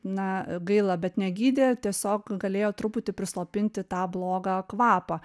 na gaila bet negydė tiesiog galėjo truputį prislopinti tą blogą kvapą